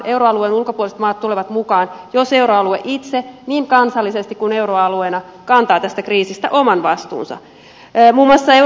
euroalueen ulkopuoliset maat tulevat mukaan jos euroalue itse niin kansallisesti kuin euroalueena kantaa tästä kriisistä oman vastuunsa